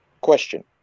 Question